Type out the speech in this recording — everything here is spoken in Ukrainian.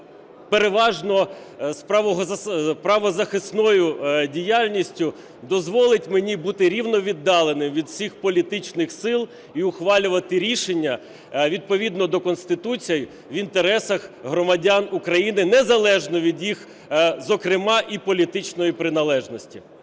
переважно з правозахисною діяльністю дозволить мені бути рівно віддаленим від всіх політичних сил і ухвалювати рішення відповідно до Конституції в інтересах громадян України, незалежно від їх зокрема і політичної приналежності.